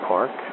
Park